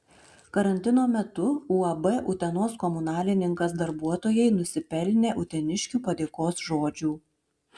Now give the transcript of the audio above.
karantino metu uab utenos komunalininkas darbuotojai nusipelnė uteniškių padėkos žodžių